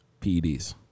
PEDs